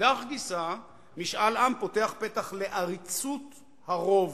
"מאידך גיסא, משאל עם פותח פתח לעריצות הרוב"